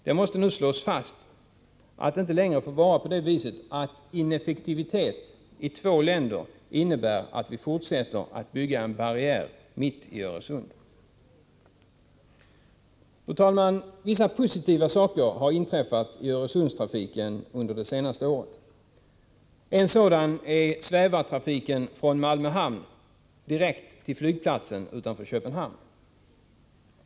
Det måste nu slås fast att det inte längre får vara på det viset att ineffektivitet i två länder innebär att vi fortsätter att bygga en barriär mitt i Öresund. Fru talman! Vissa positiva saker har inträffat i Öresundstrafiken under det senaste året. En sådan är svävartrafiken från Malmö hamn direkt till flygplatsen utanför Köpenhamn.